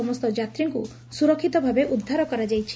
ସମସ୍ତ ଯାତ୍ରୀଙ୍କୁ ସୁରକ୍ଷିତ ଭାବେ ଉଦ୍ଧାର କରାଯାଇଛି